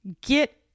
get